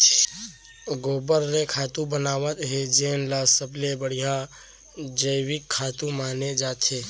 गोबर ले खातू बनावत हे जेन ल सबले बड़िहा जइविक खातू माने जाथे